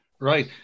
right